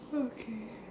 okay